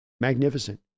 magnificent